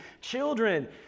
children